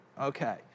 Okay